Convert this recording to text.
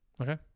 Okay